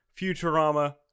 Futurama